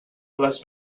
les